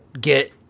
get